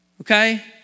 okay